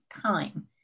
time